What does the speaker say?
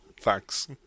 Thanks